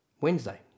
Wednesday